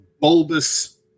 bulbous